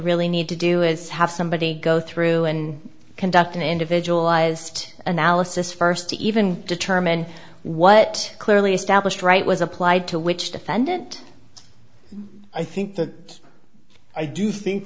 really need to do is have somebody go through and conduct an individualized analysis first to even determine what clearly established right was applied to which defendant i think that i do think